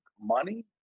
money